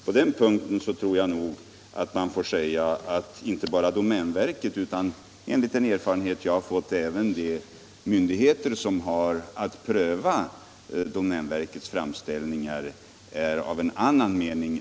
På den punkten tror jag att inte bara domänverket utan även, enligt den erfarenhet jag har fått, de myndigheter som har att pröva domänverkets framställningar har en annan mening.